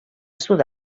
sud